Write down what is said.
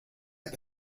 app